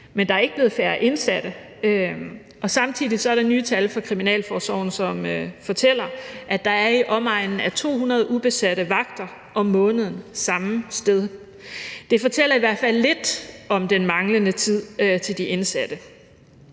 men der er ikke blevet færre indsatte. Samtidig er der nye tal fra Kriminalforsorgen, som fortæller, at der samme sted er i omegnen af 200 ubesatte vagter om måneden. Det fortæller i hvert fald lidt om den manglende tid til de indsatte.